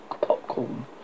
popcorn